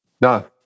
No